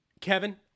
Kevin